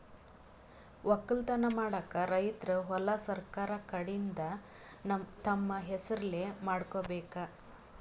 ವಕ್ಕಲತನ್ ಮಾಡಕ್ಕ್ ರೈತರ್ ಹೊಲಾ ಸರಕಾರ್ ಕಡೀನ್ದ್ ತಮ್ಮ್ ಹೆಸರಲೇ ಮಾಡ್ಕೋಬೇಕ್